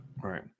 right